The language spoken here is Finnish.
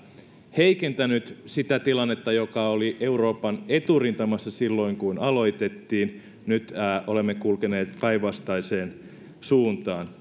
heikentänyt sitä tilannetta joka oli euroopan eturintamassa silloin kun aloitettiin nyt olemme kulkeneet päinvastaiseen suuntaan